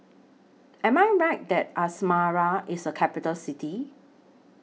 Am I Right that Asmara IS A Capital City